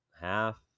half